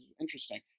interesting